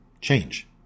change